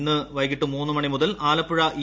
ഇന്ന് വൈകിട്ട് മൂന്ന് മണി മുതൽ ആലപ്പുഴ ഇ